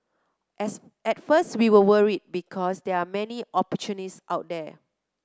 as at first we were worried because there are many opportunists out there